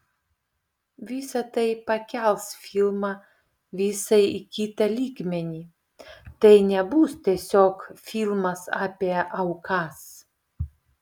visa tai pakels filmą visai į kitą lygmenį tai nebus tiesiog filmas apie aukas